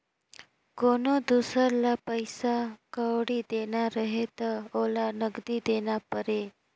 कोनो दुसर ल पइसा कउड़ी देना रहें त ओला नगदी देना परे